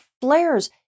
flares